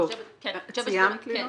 סיימת, לינור?